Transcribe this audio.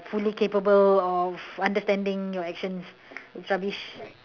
fully capable of understanding your actions it's rubbish